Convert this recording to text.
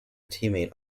teammate